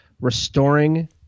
restoring